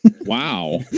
Wow